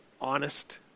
honest